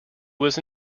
was